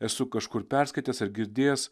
esu kažkur perskaitęs ar girdėjęs